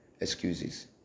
excuses